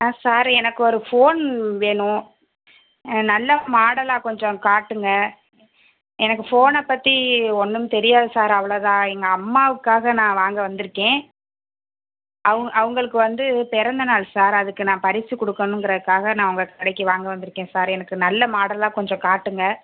ஆ sir எனக்கு ஒரு phone வேணும் நல்ல மாடலாக கொஞ்சம் காட்டுங்கள் எனக்கு ஃபோனை பற்றி ஒன்றும் தெரியாது சார் அவ்வளோதா எங்கள் அம்மாவுக்காக நான் வாங்க வந்திருக்கேன் அவு அவங்களுக்கு வந்து பிறந்தநாள் சார் அதுக்கு நான் பரிசு கொடுக்கணுங்கிறக்காக நான் உங்கள் கடைக்கு வாங்க வந்திருக்கேன் சார் எனக்கு நல்ல மாடலாக கொஞ்சம் காட்டுங்கள்